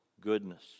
goodness